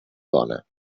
dona